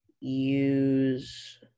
use